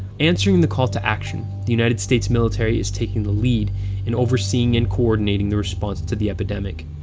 answering the call to action, the united states military is taking the lead in overseeing and coordinating the response to the epidemic.